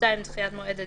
דחיית מועד הדיון,